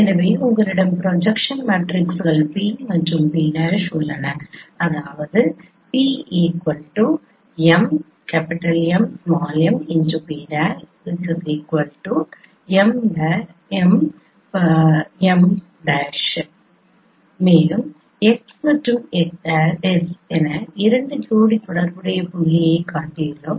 எனவே உங்களிடம் ப்ரொஜெக்ஷன் மேட்ரிக்ஸ்கள் P மற்றும் P' உள்ளன 𝑃 𝑀|𝑚 𝑃′ 𝑀′|𝑚′ மேலும் x மற்றும் x' என இரண்டு ஜோடி தொடர்புடைய புள்ளிகளைக் காட்டியுள்ளோம்